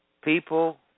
people